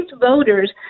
voters